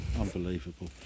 unbelievable